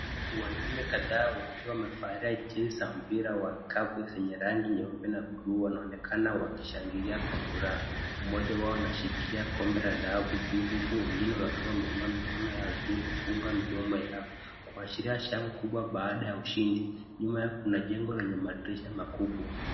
Wanaume kadha wakiwa wamevalia jezi za mpira kikapu zenye rangi nyeupe na bluu wanaonekana wakishangilia kwa furaha, mmoja wao anashikilia kombe la dhahabu juu, huku wengine wakiwa wameinua mikono yao juu kufunga midomo yao, kuashiria shangwe kubwa baada ya ushindi, nyuma kuna jengo lenye mandirisha makubwa.